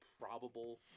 probable